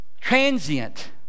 transient